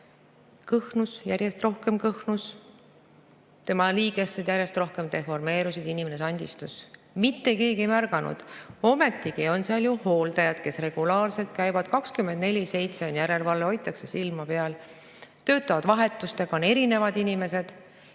kõhnus, järjest rohkem kõhnus, tema liigesed järjest rohkem deformeerusid, inimene sandistus. Mitte keegi ei märganud! Ometigi on seal ju hooldajad, kes regulaarselt seal käivad, 24/7 on järelevalve, hoitakse silma peal, nad töötavad vahetustega, seal on erinevad inimesed.